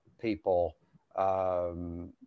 people